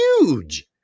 Huge